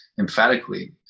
emphatically